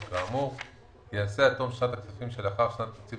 כאמור ייעשה עד תום שנת הכספים שלאחר שנת התקציב